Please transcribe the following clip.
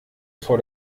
vor